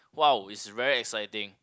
!wow! it's very exciting